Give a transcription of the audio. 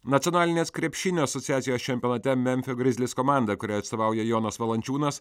nacionalinės krepšinio asociacijos čempionate memfio grizlis komanda kuriai atstovauja jonas valančiūnas